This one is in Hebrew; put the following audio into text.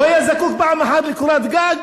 הוא היה זקוק פעם אחת לקורת גג?